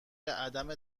عدم